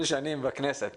מהצוות של הוועדה.